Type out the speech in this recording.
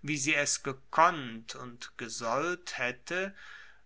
wie sie es gekonnt und gesollt haette